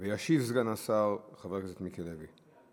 ישיב סגן השר חבר הכנסת מיקי לוי.